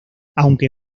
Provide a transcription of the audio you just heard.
aunque